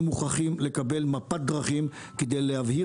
אנחנו מוכרחים לקבל מפת דרכים כדי להבהיר